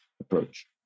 approach